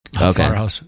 Okay